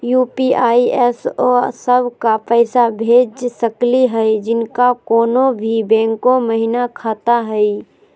UPI स उ सब क पैसा भेज सकली हई जिनका कोनो भी बैंको महिना खाता हई?